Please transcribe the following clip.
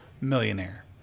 millionaire